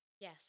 Yes